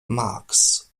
marx